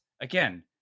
again